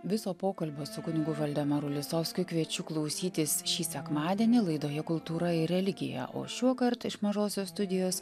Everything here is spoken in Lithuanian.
viso pokalbio su kunigu valdemaru lisovskiu kviečiu klausytis šį sekmadienį laidoje kultūra ir religija o šiuokart iš mažosios studijos